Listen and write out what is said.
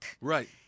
right